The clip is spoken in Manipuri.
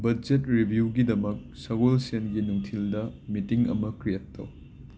ꯕꯗꯖꯦꯠ ꯔꯤꯕ꯭ꯌꯨꯒꯤꯗꯃꯛ ꯁꯒꯣꯜꯁꯦꯟꯒꯤ ꯅꯨꯡꯊꯤꯜꯗ ꯃꯤꯇꯤꯡ ꯑꯃ ꯀ꯭ꯔꯤꯌꯦꯠ ꯇꯧ